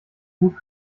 gut